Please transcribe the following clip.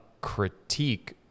critique